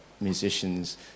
musicians